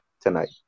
tonight